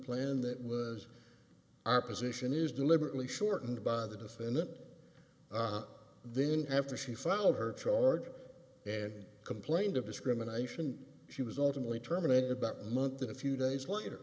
plan that was our position is deliberately shortened by the defendant then after she filed her charge and complained of discrimination she was ultimately terminated about a month and a few days later